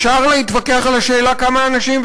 אפשר להתווכח על השאלה כמה אנשים,